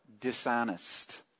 dishonest